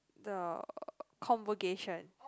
the convocation